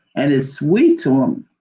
and it's sweet to them,